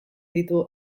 ditu